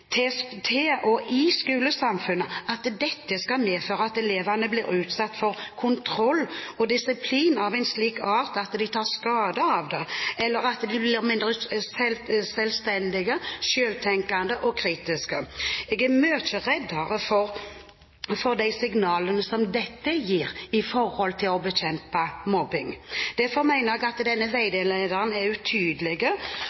og i skolesamfunnet skal medføre at elevene blir utsatt for kontroll og disiplin av en slik art at de tar skade av det, eller at de blir mindre selvstendige, selvtenkende og kritiske. Jeg er mye reddere for de signalene som dette gir for å bekjempe mobbing. Derfor mener jeg at denne